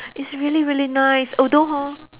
it's really really nice although hor